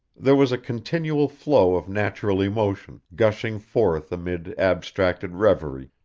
there was a continual flow of natural emotion, gushing forth amid abstracted reverie,